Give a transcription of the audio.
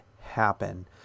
happen